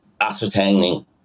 ascertaining